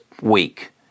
week